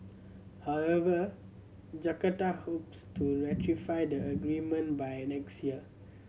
however Jakarta hopes to ratify the agreement by next year